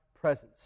presence